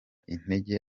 intege